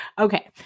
Okay